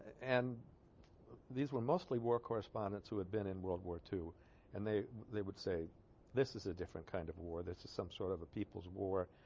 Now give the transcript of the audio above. and these were mostly war correspondents who had been in world war two and they they would say this is a different kind of war this is some sort of a people's war